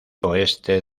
oeste